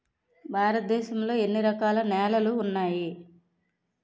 భారతదేశం లో ఎన్ని రకాల నేలలు ఉన్నాయి?